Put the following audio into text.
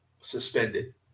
suspended